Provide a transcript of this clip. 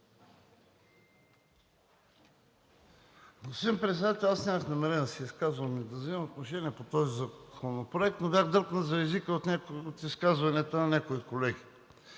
Господин Председател, аз нямах намерение да се изказвам, да взимам отношение по този законопроект, но бях дръпнат за езика от няколко от изказванията на някои колеги.